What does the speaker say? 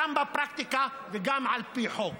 גם בפרקטיקה וגם על פי חוק.